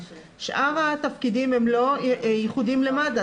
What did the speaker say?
שאר התפקידים הם לא ייחודיים למד"א,